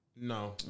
No